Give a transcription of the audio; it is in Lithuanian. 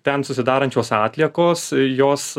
ten susidarančios atliekos jos